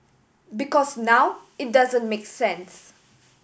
because now it doesn't make sense